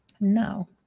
now